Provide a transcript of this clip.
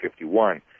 51